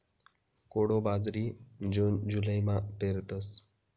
कोडो बाजरी जून जुलैमा पेरतस